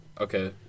okay